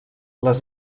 les